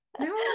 No